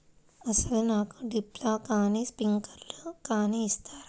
అసలు నాకు డ్రిప్లు కానీ స్ప్రింక్లర్ కానీ ఇస్తారా?